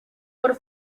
por